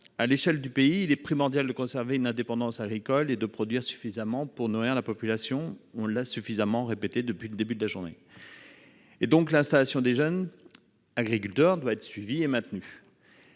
à l'échelle du pays, il est primordial de conserver une indépendance agricole et de produire suffisamment pour nourrir la population : cela a été suffisamment répété au fil de cette journée. L'installation des jeunes agriculteurs doit donc être suivie et encouragée.